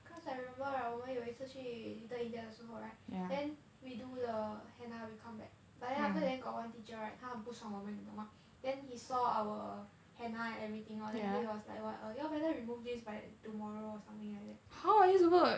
cause I remember right 我们有一次去 little india 的时候 right then we do the !hanna! we come back but then after that got one teacher right 他很不爽我们你懂 mah then he saw our !hanna! and everything all that he was like [what] you all better remove this by tomorrow or something like that